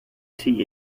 see